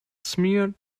smear